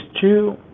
two